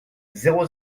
zéro